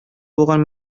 булган